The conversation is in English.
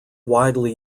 widely